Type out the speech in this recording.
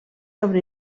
sobre